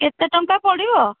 କେତେ ଟଙ୍କା ପଡ଼ିବ